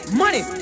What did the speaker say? money